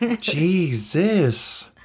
Jesus